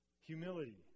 Humility